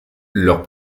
leurs